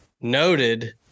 Noted